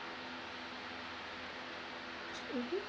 mmhmm